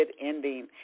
ending